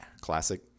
Classic